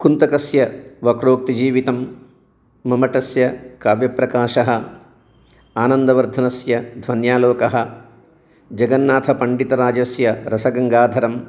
कुन्तकस्य वक्रोक्तिजीवितं मम्मटस्य काव्यप्रकाशः आनन्दवर्धनस्य ध्वन्यालोकः जगन्नाथपण्डितराजस्य रसगङ्गाधरम्